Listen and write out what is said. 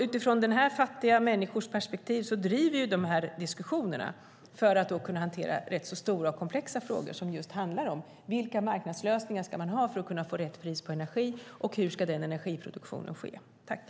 Utifrån dessa fattiga människors perspektiv drivs de här diskussionerna för att kunna hantera de stora och komplexa frågorna om vilka marknadslösningar man ska ha för att kunna få rätt pris på energi och hur denna energiproduktion ska ske.